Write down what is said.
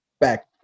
back